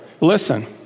Listen